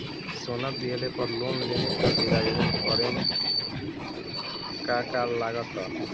सोना दिहले पर लोन लेवे खातिर आवेदन करे म का का लगा तऽ?